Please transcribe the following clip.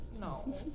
No